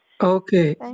Okay